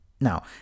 Now